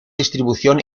distribución